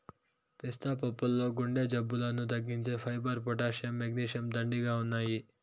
పిస్తా పప్పుల్లో గుండె జబ్బులను తగ్గించే ఫైబర్, పొటాషియం, మెగ్నీషియం, దండిగా ఉన్నాయి